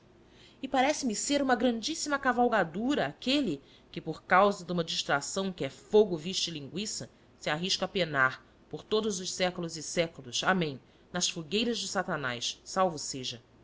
e parece-me ser uma grandíssima cavalgadura aquele que por causa de uma distração que é fogo viste lingüiça se arrisca a penar por todos os séculos e séculos amém nas fogueiras de satanás salvo seja